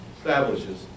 establishes